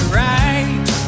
right